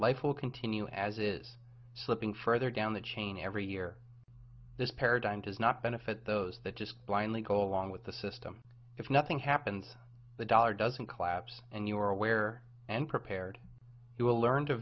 life will continue as is slipping further down the chain every year this paradigm does not benefit those that just blindly go along with the system if nothing happens the dollar doesn't collapse and you are aware and prepared you will learn to